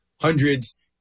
Hundreds